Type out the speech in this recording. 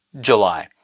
July